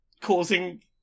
causing